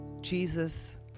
Jesus